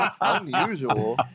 unusual